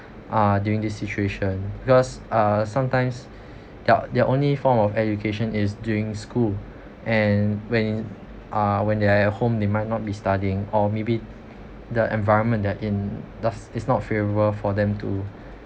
uh during this situation because uh sometimes their their only form of education is during school and when uh when they are at home they might not be studying or maybe the environment they're in does is not favourable for them to